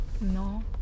No